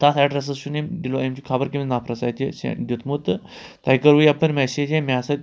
تَتھ ایٚڈرَسَس چھُ نہٕ أمۍ ڈِلو أمۍ چھُ خبر کٔمِس نفرَس اَتہِ سیٚنٛڈ دیُتمُت تہٕ تۄہہِ کَرو یَپٲرۍ میسیج یا مےٚ ہَسا